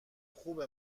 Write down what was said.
خوبه